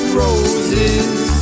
roses